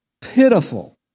pitiful